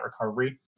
recovery